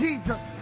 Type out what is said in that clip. Jesus